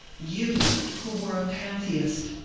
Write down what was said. you, who were a pantheist,